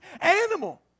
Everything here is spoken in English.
animal